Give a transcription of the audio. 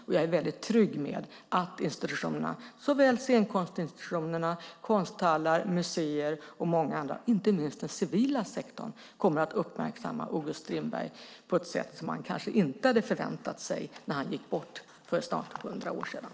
Och jag är väldigt trygg med att institutionerna, såväl scenkonstinstitutionerna som konsthallar, museer och många andra, inte minst den civila sektorn, kommer att uppmärksamma August Strindberg på ett sätt som man kanske inte hade förväntat sig när han gick bort för snart hundra år sedan.